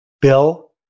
Bill